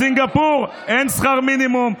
בסינגפור אין שכר מינימום,